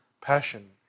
passion